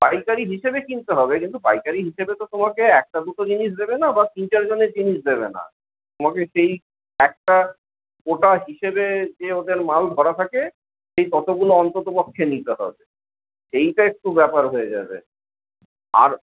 পাইকারি হিসাবে কিনতে হবে কিন্তু পাইকারি হিসাবে তো তোমাকে একটা দুটো জিনিস দেবে না বা তিন চার জনের জিনিস দেবে না তোমাকে সেই একটা ওটা হিসেবে যে ওদের মাল ধরা থাকে সেই ততগুলো অন্তত পক্ষে নিতে হবে সেটা একটু ব্যাপার হয়ে যাবে আর